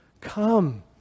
Come